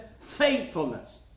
faithfulness